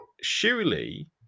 surely